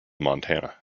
montana